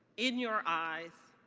in your eyes.